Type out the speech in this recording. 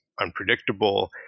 unpredictable